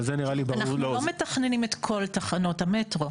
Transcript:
אנחנו לא מתכננים את כל תחנות המטרו.